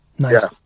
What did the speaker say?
nice